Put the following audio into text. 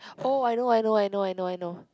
oh I know I know I know I know I know